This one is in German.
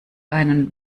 einen